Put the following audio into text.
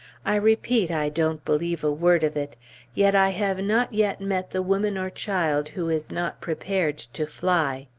i repeat, i don't believe a word of it yet i have not yet met the woman or child who is not prepared to fly.